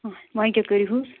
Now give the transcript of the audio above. وَنۍ کیٛاہ کٔرِہُس